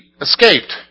escaped